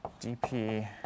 dp